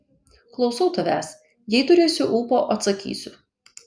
klausau tavęs jei turėsiu ūpo atsakysiu